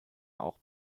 auch